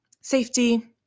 safety